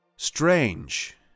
Strange